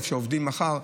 איך שעובדים מחר,